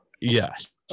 Yes